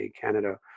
Canada